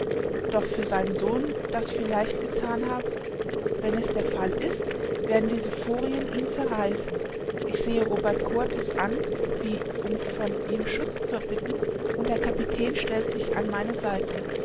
doch für seinen sohn das vielleicht gethan haben wenn es der fall ist werden diese furien ihn zerreißen ich sehe robert kurtis an wie um von ihm schutz zu erbitten und der kapitän stellt sich an meine seite